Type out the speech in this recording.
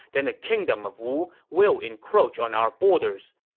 then the kingdom of wu will encroach on our borders.